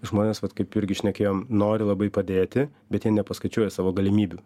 žmonės vat kaip irgi šnekėjom nori labai padėti bet jie nepaskaičiuoja savo galimybių